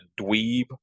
dweeb